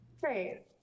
Great